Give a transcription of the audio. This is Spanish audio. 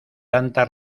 tanta